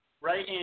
Right